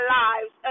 lives